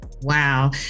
Wow